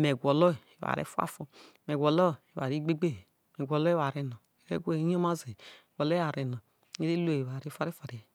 me gwolo eware fua to me gholo eware gbe gbe gbe he me gwolo eware no ere gwa eyoma zi he me gwolo eware no lre luo eware farie farie he